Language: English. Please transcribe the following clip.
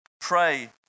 Pray